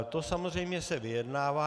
To samozřejmě se vyjednává.